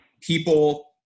people